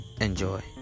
enjoy